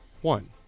one